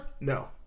no